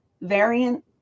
variant